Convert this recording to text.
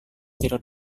tidak